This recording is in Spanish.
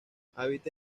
habita